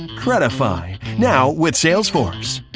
credifi now with salesforce.